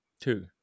Two